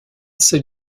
seul